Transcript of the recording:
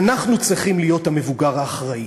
ואנחנו צריכים להיות המבוגר האחראי.